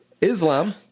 Islam